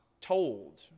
told